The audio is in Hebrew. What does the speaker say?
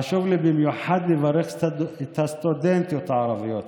חשוב לי במיוחד לברך את הסטודנטיות הערביות,